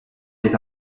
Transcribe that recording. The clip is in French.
des